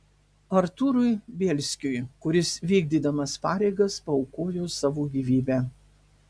artūrui bielskiui kuris vykdydamas pareigas paaukojo savo gyvybę